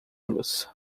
los